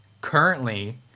currently